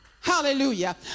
Hallelujah